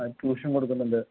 ആ ട്യൂഷൻ കൊടുക്കുന്നുണ്ട്